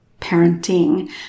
parenting